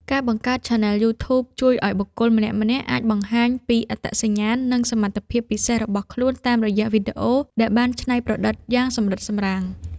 ការបង្កើតឆានែលយូធូប ជួយឱ្យបុគ្គលម្នាក់ៗអាចបង្ហាញពីអត្តសញ្ញាណ និងសមត្ថភាពពិសេសរបស់ខ្លួនតាមរយៈវីដេអូដែលបានច្នៃប្រឌិតយ៉ាងសម្រិតសម្រាំង។